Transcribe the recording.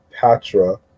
Patra